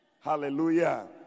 Hallelujah